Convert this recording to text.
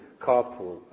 carpool